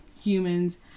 humans